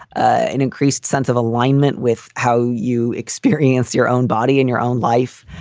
an increased sense of alignment with how you experience your own body and your own life.